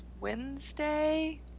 Wednesday